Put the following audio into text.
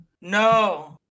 No